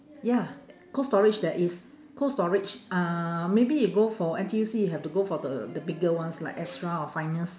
ya cold storage there is cold storage uh maybe you go for N_T_U_C you have to go for the the bigger ones like extra or finest